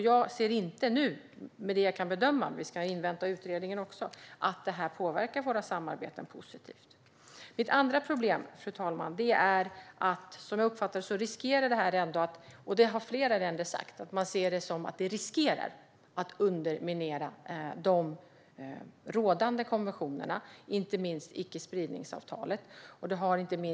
Jag ser inte nu - men vi ska också invänta utredningen - att det här påverkar våra samarbeten positivt. Det andra problemet är att konventionen riskerar att underminera rådande konventioner, inte minst icke-spridningsavtalet. Det har flera länder sagt.